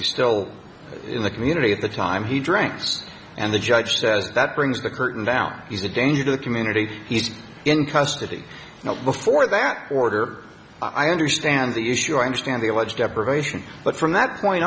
he's still in the community at the time he drinks and the judge says that brings the curtain down he's a danger to the community he's in custody now before that order i understand the issue i understand the alleged deprivation but from that point